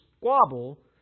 squabble